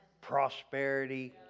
prosperity